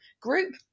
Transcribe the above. group